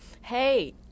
Hey